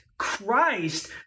Christ